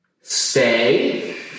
Stay